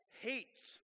hates